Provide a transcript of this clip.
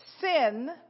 sin